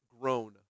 Grown